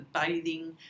bathing